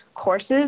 courses